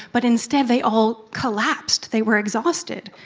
but instead, they all collapsed. they were exhausted.